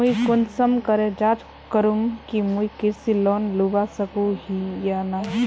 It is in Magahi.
मुई कुंसम करे जाँच करूम की मुई कृषि लोन लुबा सकोहो ही या नी?